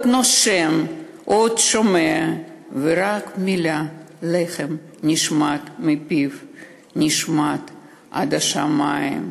נושם / הוא עוד שומע / ורק המילה לחם נשמעת מפיו / נשמעת עד השמים".